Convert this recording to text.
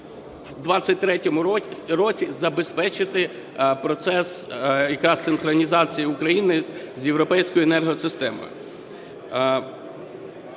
у 2023 році забезпечити процес якраз синхронізації України з європейською енергосистемою.